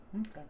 Okay